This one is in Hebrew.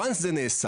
ברגע שזה נעשה,